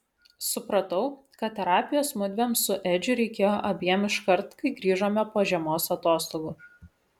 supratau kad terapijos mudviem su edžiu reikėjo abiem iškart kai grįžome po žiemos atostogų